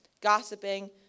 gossiping